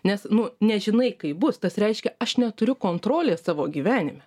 nes nu nežinai kaip bus tas reiškia aš neturiu kontrolės savo gyvenime